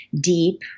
deep